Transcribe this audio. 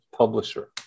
publisher